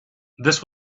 this